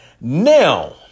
now